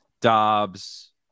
dobbs